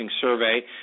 Survey